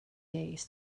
days